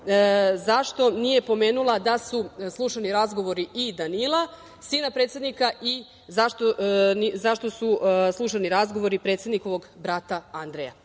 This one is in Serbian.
zašto nije pomenula da su slušani razgovori i Danila, sina predsednika i zašto su slušani razgovori predsednikovog brata Andreja.